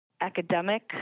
academic